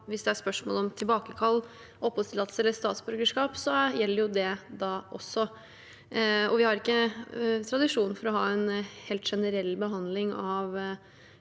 hvis det er spørsmål om tilbakekall av oppholdstillatelse eller statsborgerskap, gjelder det da også. Vi har ikke tradisjon for å ha en helt generell